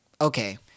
okay